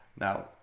Now